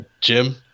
Jim